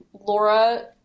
Laura